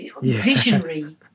Visionary